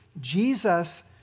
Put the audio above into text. Jesus